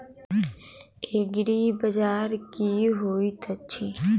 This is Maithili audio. एग्रीबाजार की होइत अछि?